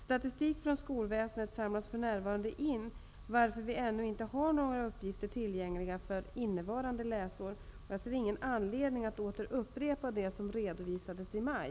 Statistik från skolväsendet samlas för närvarande in, varför vi ännu inte har några uppgifter tillgängliga från innevarande läsår. Jag ser ingen anledning att åter upprepa det som redovisades i maj.